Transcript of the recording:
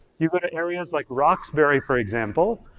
you go to areas like roxbury, for example,